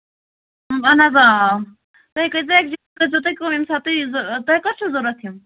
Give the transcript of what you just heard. اَہَن حظ آ تُہۍ کٔرۍزیٚو اَتہِ یہِ پرٕٛژھۍزیٚو ییٚمہِ ساتہٕ تُہۍ تۅہہِ کَر چھَو ضروٗرت یِم